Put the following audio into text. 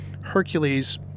Hercules